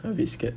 I a bit scared